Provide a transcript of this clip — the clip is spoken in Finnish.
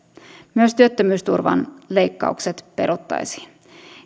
myös työttömyysturvan leikkaukset peruttaisiin